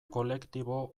kolektibo